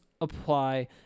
apply